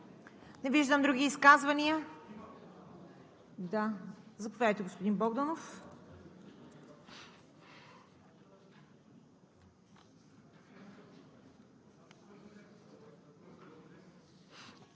Не виждам. Други изказвания? Заповядайте, господин Богданов.